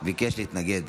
ביקש להתנגד.